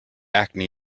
acne